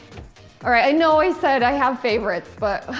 alright i know i said i have favorites but